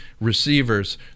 receivers